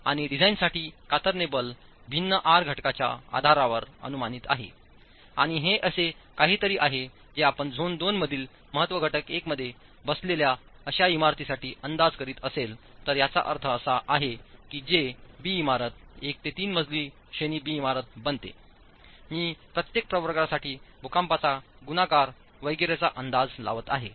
आणि डिझाइनसाठी कातरणे बल भिन्न आर घटकांच्या आधारावर अनुमानित आहे आणि हे असे काहीतरी आहे जे आपण झोन 2 मधील महत्त्व घटक 1 मध्ये बसलेल्या अशा इमारतीसाठी अंदाज करीत असेल तर याचा अर्थ असा आहे जे बी इमारत 1 ते 3 मजली श्रेणी बी इमारत बनते मी प्रत्येक प्रवर्गासाठी भूकंपाचा गुणाकार वगैरेचा अंदाज लावत आहे